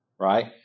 right